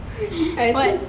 I what